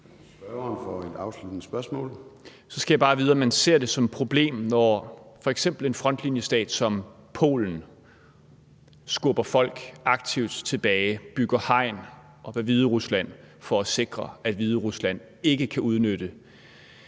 Så skal jeg bare vide, om man ser det som et problem, når f.eks. en frontlinjestat som Polen aktivt skubber folk tilbage, bygger hegn over mod Hviderusland for at sikre, at Hviderusland ikke kan udnytte,